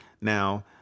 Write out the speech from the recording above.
Now